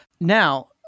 Now